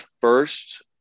first –